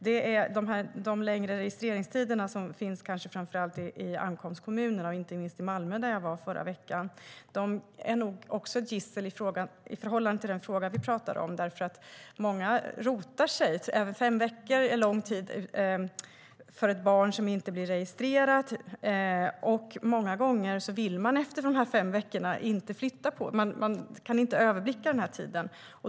De längre registreringstiderna i ankomstkommunerna, inte minst i Malmö där jag var förra veckan, är nog också ett gissel eftersom många rotar sig. Fem veckor är en lång tid för ett barn som inte blivit registrerat, och många gånger vill man inte flytta efter de fem veckorna. Man kan inte överblicka den tiden.